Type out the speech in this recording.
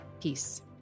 Peace